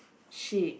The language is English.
sheep